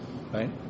right